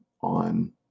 on